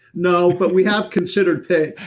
no, but we have considered pink.